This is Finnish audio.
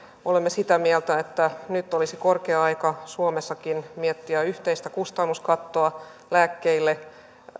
olemme sitä mieltä että nyt olisi korkea aika suomessakin miettiä yhteistä kustannuskattoa lääkkeille